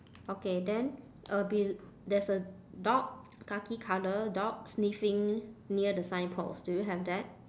okay then uh bel~ there's a dog khaki colour dog sniffing near the sign post do you have that